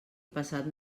passat